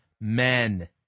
men